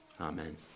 Amen